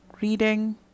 reading